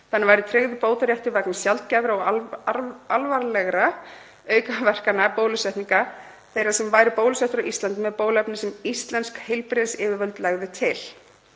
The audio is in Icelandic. Þannig væri tryggður bótaréttur vegna sjaldgæfra og alvarlegra aukaverkana bólusetninga þeirra sem væru bólusettir á Íslandi með bóluefni sem íslensk heilbrigðisyfirvöld legðu til.